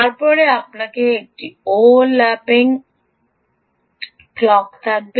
তারপরে আপনার একটি অ ওভারল্যাপিং ক্লক থাকবে